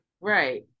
right